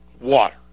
water